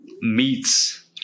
meats